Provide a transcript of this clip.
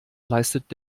leistet